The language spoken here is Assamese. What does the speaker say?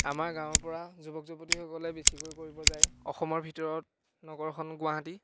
আমাৰ গাঁৱৰ পৰা যুৱক যুৱতীসকলে বেছিকৈ কৰিব যায় অসমৰ ভিতৰত নগৰখন গুৱাহাটী